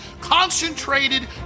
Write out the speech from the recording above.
Concentrated